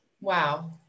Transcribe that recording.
Wow